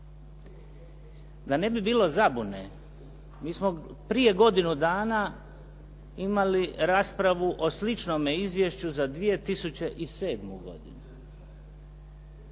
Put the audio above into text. Da ne bi bilo zabune, mi smo prije godinu dana imali raspravu o sličnome izvješću za 2007. godinu